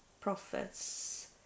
prophets